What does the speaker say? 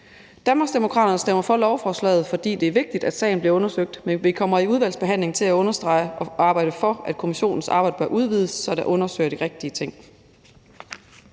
Danmarksdemokraterne stemmer for lovforslaget, fordi det er vigtigt, at sagen bliver undersøgt, men vi kommer i udvalgsbehandlingen til at understrege og arbejde for, at kommissionens arbejde bør udvides, så den undersøger de rigtige ting.